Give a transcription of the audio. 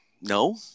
no